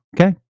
Okay